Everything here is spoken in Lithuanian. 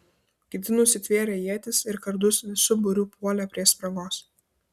kiti nusitvėrę ietis ir kardus visu būriu puolė prie spragos